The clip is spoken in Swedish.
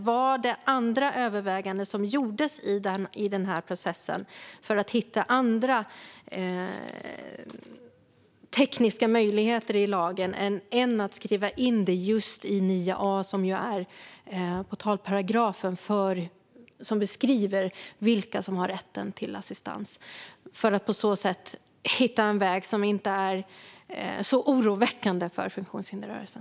Gjordes det andra överväganden i processen för att hitta andra tekniska möjligheter i lagen än att skriva in det hela i just 9 a, som är den portalparagraf som beskriver vilka som har rätt till assistans, för att på så sätt hitta en väg som inte är så oroväckande för funktionshindersrörelsen?